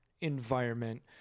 environment